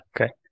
Okay